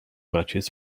matches